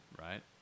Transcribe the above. right